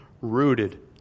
rooted